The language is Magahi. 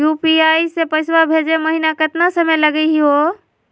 यू.पी.आई स पैसवा भेजै महिना केतना समय लगही हो?